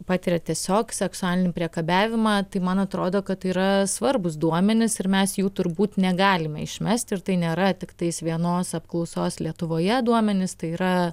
patiria tiesiog seksualinį priekabiavimą tai man atrodo kad tai yra svarbūs duomenys ir mes jų turbūt negalime išmesti ir tai nėra tiktais vienos apklausos lietuvoje duomenys tai yra